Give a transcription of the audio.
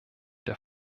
der